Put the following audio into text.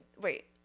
Wait